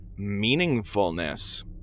meaningfulness